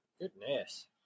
Goodness